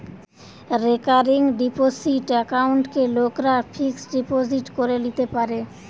recurring deposit একাউন্টকে লোকরা fixed deposit করে লিতে পারে